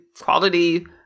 quality